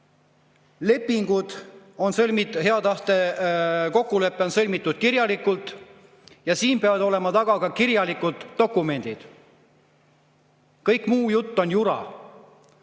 räägitud. Ei huvita! Hea tahte kokkulepe on sõlmitud kirjalikult ja siin peavad olema taga ka kirjalikud dokumendid. Kõik muu jutt on jura.